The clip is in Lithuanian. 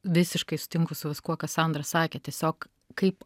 visiškai sutinku su viskuo ką sandra sakė tiesiog kaip